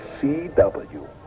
CW